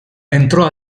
entrò